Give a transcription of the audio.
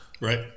Right